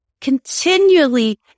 continually